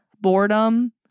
boredom